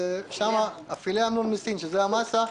שזה המאסה,